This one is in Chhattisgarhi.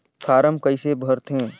फारम कइसे भरते?